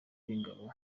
b’ingabo